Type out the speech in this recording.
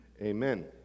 amen